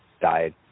died